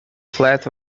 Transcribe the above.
flat